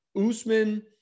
Usman